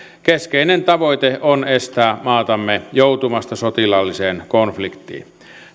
keskeinen tavoite on estää maatamme joutumasta sotilaalliseen konfliktiin